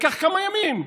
לקח כמה ימים,